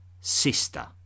sister